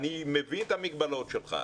אני מבין את המגבלות שלך,